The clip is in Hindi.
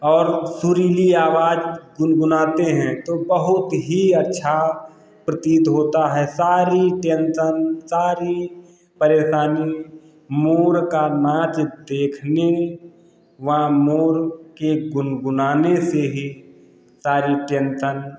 और सुरीली आवाज गुनगुनाते हैं तो बहुत ही अच्छा प्रतीत होता है सारी टेन्सन सारी परेशानी मोर का नाच देखने वा मोर के गुनगुनाने से ही सारी टेन्सन